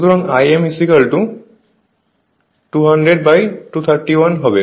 সুতরাং Im 200231 হবে